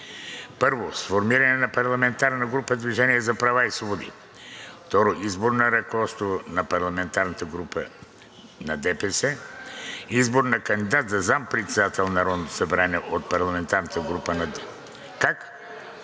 1. Сформиране на парламентарна група „Движение за права и свободи“; 2. Избор на ръководство на парламентарната група на ДПС; 3. Избор на кандидат за заместник-председател на Народното събрание от парламентарната група на ДПС.“